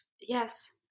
yes